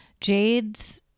Jade's